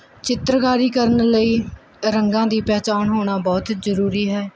ਚਿੱਤਰਕਾਰੀ ਕਰਨ ਲਈ ਰੰਗਾਂ ਦੀ ਪਹਿਚਾਣ ਹੋਣਾ ਬਹੁਤ ਜ਼ਰੂਰੀ ਹੈ